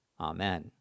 Amen